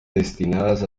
destinadas